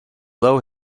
low